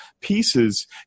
pieces